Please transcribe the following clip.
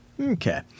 okay